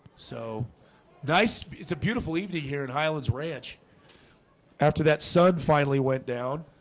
so nice it's a beautiful evening here at highlands ranch after that sun finally went down